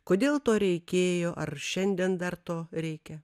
kodėl to reikėjo ar šiandien dar to reikia